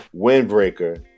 Windbreaker